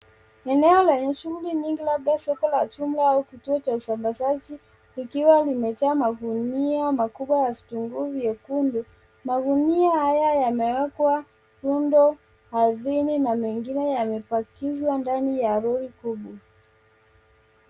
Eneo lenye shughuli nyingi labda soko la chumba au kituo cha usambazaji likiwa limejaa magunia makubwa ya vitunguu vyekundu, magunia haya yamewekwa rundo ardhini na mengine yamepakizwa ndani ya lori kubwa.